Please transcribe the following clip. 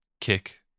kick